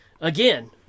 again